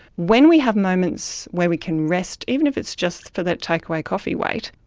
when we have moments where we can rest, even if it's just for that takeaway coffee wait,